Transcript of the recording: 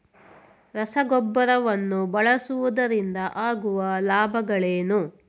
ರಸಗೊಬ್ಬರವನ್ನು ಬಳಸುವುದರಿಂದ ಆಗುವ ಲಾಭಗಳೇನು?